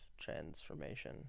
transformation